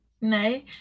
no